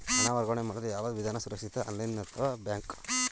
ಹಣ ವರ್ಗಾವಣೆ ಮಾಡಲು ಯಾವ ವಿಧಾನ ಸುರಕ್ಷಿತ ಆನ್ಲೈನ್ ಅಥವಾ ಬ್ಯಾಂಕ್?